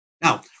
Now